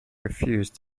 refused